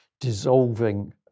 dissolving